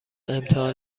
امتحان